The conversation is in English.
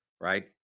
right